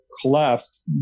collapsed